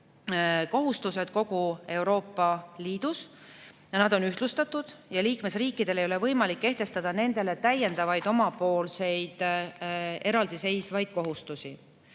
kohustused kogu Euroopa Liidus, need on ühtlustatud, ja liikmesriikidel ei ole võimalik kehtestada täiendavaid omapoolseid eraldiseisvaid kohustusi.